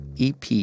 EP